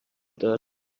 داد